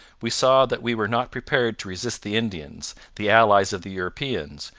we saw that we were not prepared to resist the indians, the allies of the europeans,